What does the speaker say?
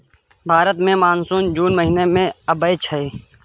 भारत मे मानसून जुन महीना मे आबय छै